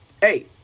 hey